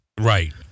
Right